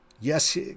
Yes